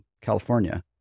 California